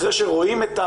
אחרי שרואים,